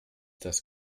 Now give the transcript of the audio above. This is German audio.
das